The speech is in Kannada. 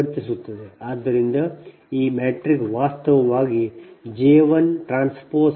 ಆದ್ದರಿಂದ ಈ ಮ್ಯಾಟ್ರಿಕ್ಸ್ ವಾಸ್ತವವಾಗಿ ಇದು ಜೆ 1 ಟ್ರಾನ್ಸ್ಪೋಸ್ ಆಗಿದೆ